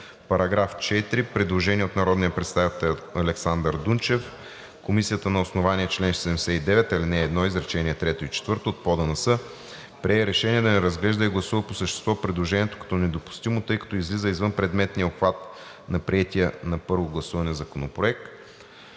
РИБАРСКИ: Предложение от народния представител Александър Дунчев. Комисията на основание чл. 79, ал. 1, изречение трето и четвърто от ПОДНС прие решение да не разглежда и гласува по същество предложението като недопустимо, тъй като то излиза извън предметния обхват на приетия на първо гласуване законопроект.